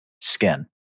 skin